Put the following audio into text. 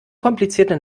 komplizierte